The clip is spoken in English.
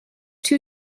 two